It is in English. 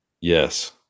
Yes